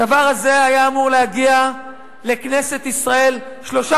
הדבר הזה היה אמור להגיע לכנסת ישראל שלושה